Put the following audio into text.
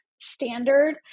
standard